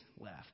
left